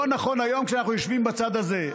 לא נכון היום, כשאנחנו יושבים בצד הזה.